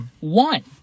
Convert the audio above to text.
One